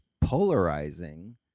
polarizing